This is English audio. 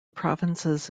provinces